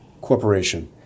Corporation